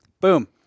Boom